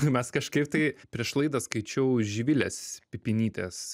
mes kažkaip tai prieš laidą skaičiau živilės pipinytės